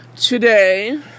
Today